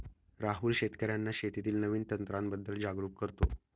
राहुल शेतकर्यांना शेतीतील नवीन तंत्रांबद्दल जागरूक करतो